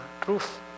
truth